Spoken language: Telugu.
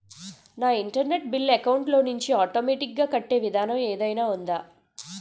నా ఇంటర్నెట్ బిల్లు అకౌంట్ లోంచి ఆటోమేటిక్ గా కట్టే విధానం ఏదైనా ఉందా?